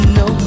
no